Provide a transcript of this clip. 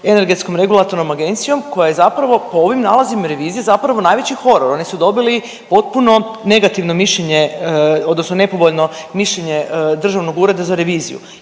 energetskom regulatornom agencijom koja je zapravo po ovim nalazima revizije zapravo najveći horor, oni su dobili potpuno negativno mišljenje odnosno nepovoljno mišljenje Državnog ureda za reviziju